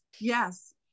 Yes